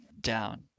down